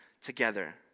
together